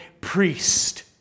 Priest